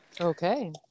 Okay